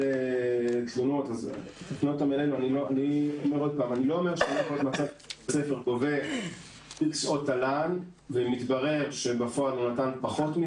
היא אומרת מה מותר לבית הספר לגבות ועל מה הוא קיבל אישור לגבות.